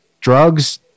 Drugs